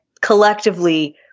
collectively